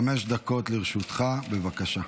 חמש דקות לרשותך, בבקשה.